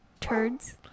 Turds